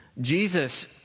Jesus